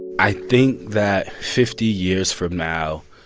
i think that fifty years from now,